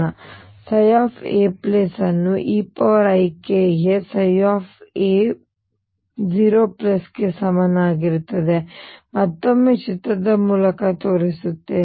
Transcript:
ಮತ್ತು ನಾನು ψ a ಅನ್ನು eikaψ0 ಗೆ ಸಮನಾಗಿರುತ್ತೇನೆ ಇದನ್ನು ಮತ್ತೊಮ್ಮೆ ಚಿತ್ರದ ಮೂಲಕ ತೋರಿಸುತ್ತೇನೆ